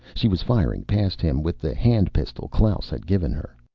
she was firing past him, with the hand pistol klaus had given her.